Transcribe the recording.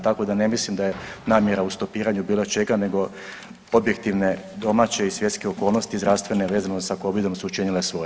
Tako da ne mislim da je namjera u stopiranju bilo čega nego objektivne domaće i svjetske okolnosti zdravstvene vezano sa Covidom su učinile svoje.